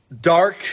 dark